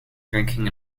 drinking